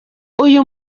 uyu